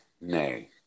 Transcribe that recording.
nay